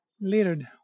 littered